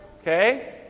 Okay